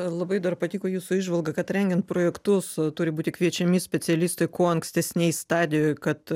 labai dar patiko jūsų įžvalga kad rengiant projektus turi būti kviečiami specialistai kuo ankstesnėj stadijoj kad